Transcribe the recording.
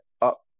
up